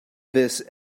this